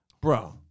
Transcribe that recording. Bro